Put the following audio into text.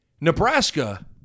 Nebraska